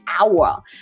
hour